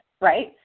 right